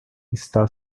está